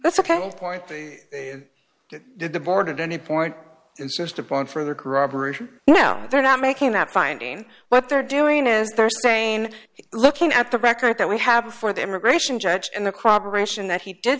that's ok point they did the board at any point insist upon further corroboration now they're not making that finding what they're doing is they're saying looking at the record that we have for the immigration judge and the cooperation that he did